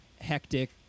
hectic